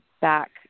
back